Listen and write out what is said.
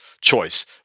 choice